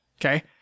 Okay